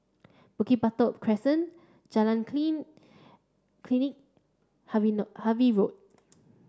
Bukit Batok Crescent Jalan Clean Klinik Harvey Harvey Road